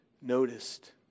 noticed